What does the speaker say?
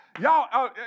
Y'all